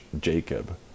Jacob